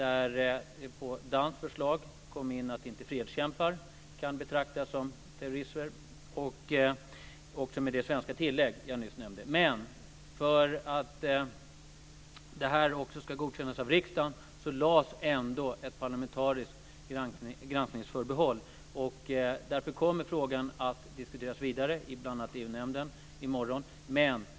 På danskt förslag togs det med att frihetskämpar inte kan betraktas som terrorister samtidigt som det svenska tillägget antogs. Men för att detta ska godkännas av riksdagen tog man med ett parlamentariskt granskningsförbehåll. Därför kommer frågan att diskuteras vidare, bl.a. i EU-nämnden i morgon.